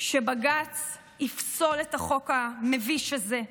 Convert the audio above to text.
שבג"ץ יפסול את החוק המביש הזה.